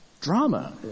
drama